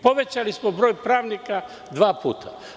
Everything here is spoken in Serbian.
Povećali smo broj pravnika dva puta.